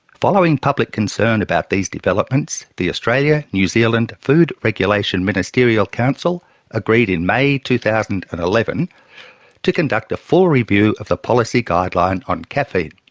following public concern about these developments the australia new zealand food regulation ministerial council agreed in may two thousand and eleven to conduct a full review of the policy guideline on caffeine.